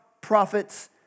prophets